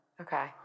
Okay